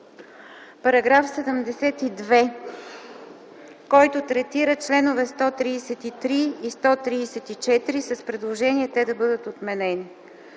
По § 72, който третира членове 133 и 134 с предложение да бъдат отменени,